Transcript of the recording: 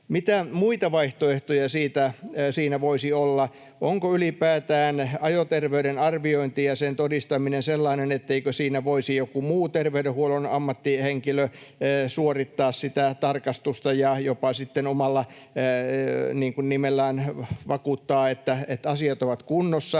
mitä muita vaihtoehtoja siinä voisi olla? Onko ylipäätään ajoterveyden arviointi ja sen todistaminen sellaisia, etteikö voisi joku muu terveydenhuollon ammattihenkilö suorittaa sitä tarkastusta ja jopa sitten omalla nimellään vakuuttaa, että asiat ovat kunnossa.